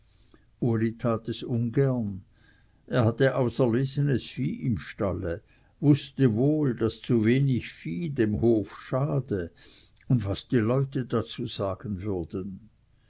ungern er hatte auserlesenes vieh im stalle wußte wohl daß zu wenig vieh dem hof schade und was die leute dazu sagen würden